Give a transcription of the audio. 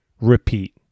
repeat